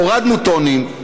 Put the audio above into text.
הורדנו טונים.